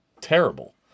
terrible